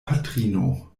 patrino